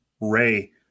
ray